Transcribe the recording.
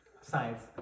Science